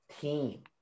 team